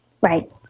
Right